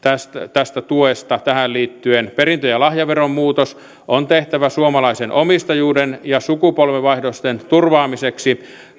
tuesta tähän liittyen perintö ja lahjaveron muutos on tehtävä suomalaisen omistajuuden ja sukupolvenvaihdosten turvaamiseksi